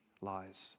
lies